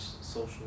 social